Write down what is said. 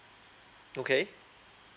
okay